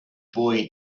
boy